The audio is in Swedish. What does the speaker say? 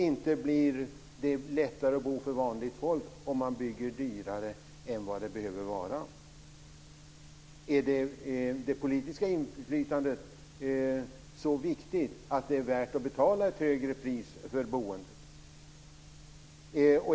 Inte blir det lättare att bo för vanligt folk om man bygger dyrare än det behöver vara. Är det politiska inflytandet så viktigt att det är värt att betala ett högre pris för boendet?